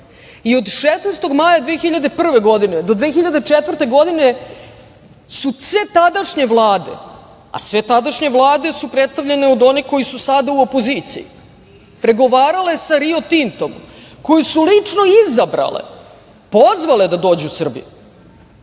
i od 16. maja 2001. godine do 2004. godine su sve tadašnje vlade, sve tadašnje vlade su predstavljene od onih koji su sada u opoziciji, pregovarale sa "Rio Tintom", koji su lično izabrale, pozvale da dođu u Srbiju,